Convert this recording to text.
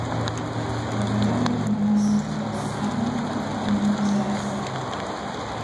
laidoje kalbiname sodybos savininką bronių juzelskį